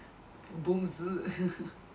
boomz